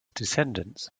descendants